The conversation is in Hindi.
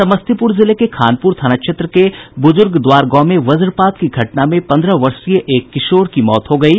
समस्तीपुर जिले के खानपुर थाना क्षेत्र के बुजुर्गद्वार गांव में वज्रपात की घटना में पन्द्रह वर्षीय एक किशोर की मौत हो गयी